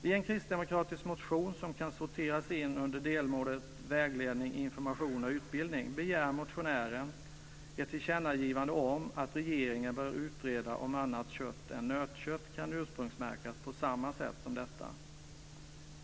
I en kristdemokratisk motion som kan sorteras in under delmålet vägledning, information och utbildning begär motionären ett tillkännagivande om att regeringen bör utreda om annat kött än nötkött kan ursprungsmärkas på samma sätt som detta.